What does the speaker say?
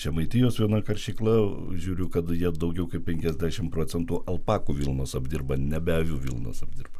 žemaitijos viena karšykla žiūriu kad jie daugiau kaip penkiasdešimt procentų alpakų vilnas apdirba nebe avių vilnas apdirba